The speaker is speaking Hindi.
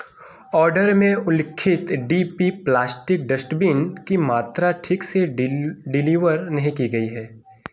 ऑर्डर में उल्लिखित डी पी प्लास्टि डस्टबिन की मात्रा ठीक से डिल डिलीवर नहीं की गई है